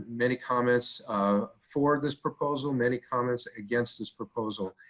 many comments for this proposal, many comments against this proposal.